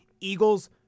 Eagles